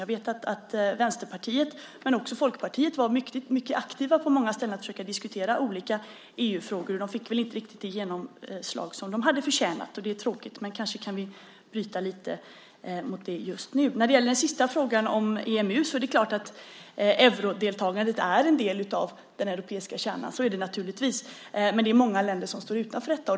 Jag vet att Vänsterpartiet men också Folkpartiet var mycket aktiva på många ställen med att försöka diskutera många EU-frågor, och de fick väl inte riktigt det genomslag som de hade förtjänat. Det är tråkigt, men kanske kan vi bryta det lite just nu. När det gäller den sista frågan, om EMU, är eurodeltagandet naturligtvis en del av den europeiska kärnan. Men det är många länder som står utanför detta.